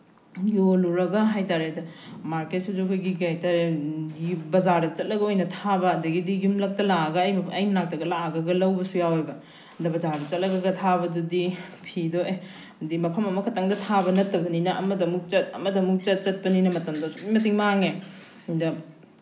ꯌꯣꯜꯂꯨꯔꯒ ꯍꯥꯏꯇꯥꯔꯦ ꯃꯥꯔꯀꯦꯠꯁꯤꯁꯨ ꯑꯩꯈꯣꯏꯒꯤ ꯀꯩ ꯍꯥꯏꯇꯥꯔꯦ ꯕꯖꯥꯔꯗ ꯆꯠꯂꯒ ꯑꯣꯏꯅ ꯊꯥꯕ ꯑꯗꯨꯗꯒꯤꯗꯤ ꯌꯨꯝꯂꯛꯇ ꯂꯥꯛꯑꯒ ꯑꯩ ꯃꯅꯥꯛꯇꯒ ꯂꯥꯛꯑꯒꯒ ꯂꯧꯕꯁꯨ ꯌꯥꯎꯑꯦꯕ ꯑꯗ ꯕꯖꯥꯔꯗ ꯆꯠꯂꯒꯒ ꯊꯥꯕꯗꯨꯗꯤ ꯐꯤꯗꯣ ꯑꯦ ꯍꯥꯏꯗꯤ ꯃꯐꯝ ꯑꯃ ꯈꯛꯇꯪꯗ ꯊꯥꯕ ꯅꯠꯇꯕꯅꯤꯅ ꯑꯃꯗ ꯑꯃꯨꯛ ꯆꯠ ꯑꯃꯗ ꯑꯃꯨꯛ ꯆꯠꯄꯅꯤꯅ ꯃꯇꯝꯗꯣ ꯑꯁꯨꯛꯀꯤ ꯃꯇꯤꯛ ꯃꯥꯡꯉꯦ ꯑꯗ